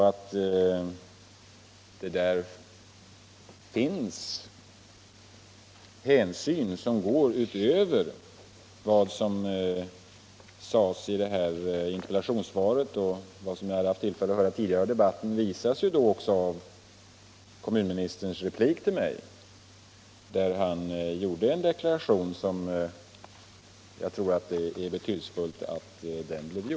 Att det här finns hänsyn som går utöver vad som sades i interpellationssvaret och vad jag har haft tillfälle att höra tidigare i debatten visas ju också av den deklaration som kommunministern gjorde i sin replik till mig, en deklaration som jag tror det är betydelsefullt att vi fick.